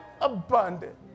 abundant